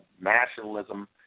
nationalism